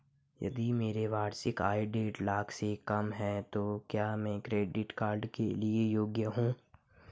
यदि मेरी वार्षिक आय देढ़ लाख से कम है तो क्या मैं क्रेडिट कार्ड के लिए योग्य हूँ?